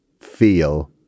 feel